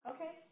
Okay